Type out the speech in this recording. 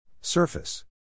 surface